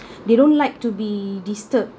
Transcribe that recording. they don't like to be disturbed